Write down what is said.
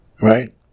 Right